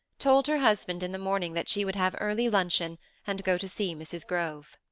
told her husband in the morning that she would have early luncheon and go to see mrs. grove.